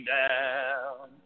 down